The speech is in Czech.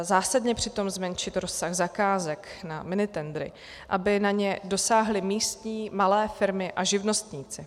Zásadně přitom zmenšit rozsah zakázek na minitendry, aby na ně dosáhly místní malé firmy a živnostníci.